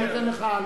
אני נותן לך,